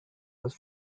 was